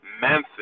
Memphis